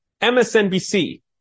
MSNBC